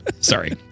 Sorry